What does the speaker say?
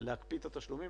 להקפיא את התשלומים.